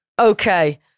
Okay